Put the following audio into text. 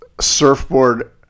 surfboard